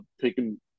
taken